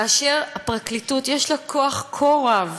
כאשר הפרקליטות יש לה כוח כה רב